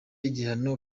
igihano